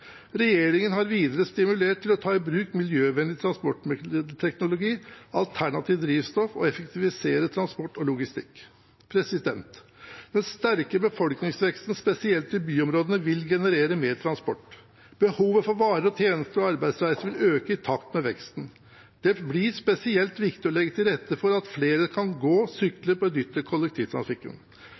Regjeringen har videre stimulert til å ta i bruk miljøvennlig transportmiddelteknologi, alternative drivstoff og til å effektivisere transport og logistikk. Den sterke befolkningsveksten, spesielt i byområdene, vil generere mer transport. Behovet for varer, tjenester og arbeidsreiser vil øke i takt med veksten. Det blir spesielt viktig å legge til rette for at flere kan gå, sykle og benytte kollektivtrafikken.